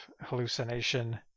hallucination